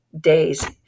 days